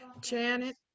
Janet